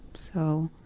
so,